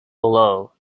below